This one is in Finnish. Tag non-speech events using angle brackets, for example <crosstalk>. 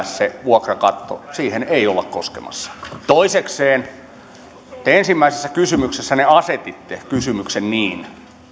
<unintelligible> se vuokrakatto ei olla koskemassa toisekseen te ensimmäisessä kysymyksessänne asetitte kysymyksen niin